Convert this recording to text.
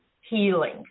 healing